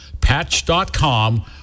Patch.com